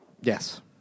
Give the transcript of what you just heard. Yes